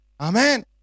Amen